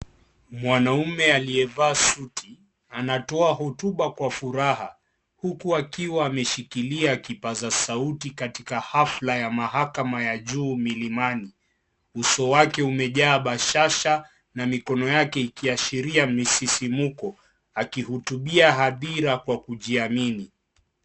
Mwanaume aliyevaa suti, anatoa hotuba kwa furaha, huku akiwa ameshikilia kipaza sauti katika hafla ya mahakama ya juu Milimani. Uso wake kumejaa bahasha na mikono yake ikiashiria misisimko. Akihutubia hadhira kwa kujiamini.